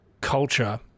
culture